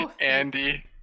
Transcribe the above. Andy